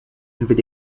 nouvel